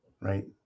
right